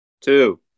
Two